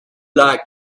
like